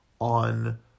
on